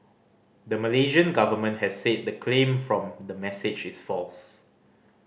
the Malaysian government has said the claim from the message is false